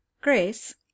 Grace